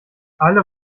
alle